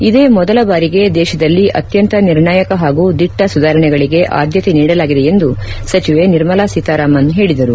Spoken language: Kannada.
ಇದೇ ಮೊದಲ ಬಾರಿಗೆ ದೇಶದಲ್ಲಿ ಅತ್ಯಂತ ನಿರ್ಣಾಯಕ ಹಾಗೂ ದಿಟ್ಟ ಸುಧಾರಣೆಗಳಿಗೆ ಆದ್ಯತೆ ನೀಡಲಾಗಿದೆ ಎಂದು ಸಚಿವೆ ನಿರ್ಮಲಾ ಸೀತರಾಮನ್ ಹೇಳಿದರು